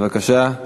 בבקשה.